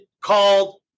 called